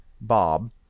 Bob